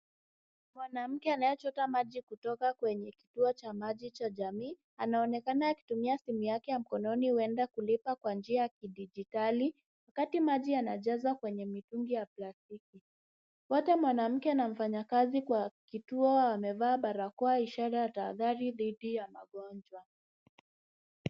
Mwanamke anayechota maji kutoka kwenye kituo cha maji cha jamii, anaonekana akitimua simu yake ya mkononi huenda kulipa kwa njia ya kidijitali wakati maji yanajaza kwenye mitungi ya plastiki. Wote mwanamke na mfanyakazi kwa kituo wamevaa barakoa ishara ya tahadhari dhidi ya magonjwa.